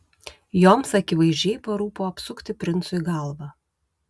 joms akivaizdžiai parūpo apsukti princui galvą